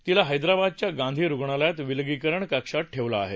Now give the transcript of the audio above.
तिला हैदराबादच्या गांधी रुग्णालयात विलगीकरण कक्षात ठेवलं आहे